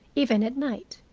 even at night.